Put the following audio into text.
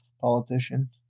politician